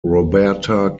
roberta